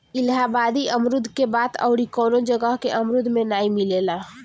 इलाहाबादी अमरुद के बात अउरी कवनो जगह के अमरुद में नाइ मिलेला